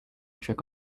trick